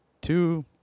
two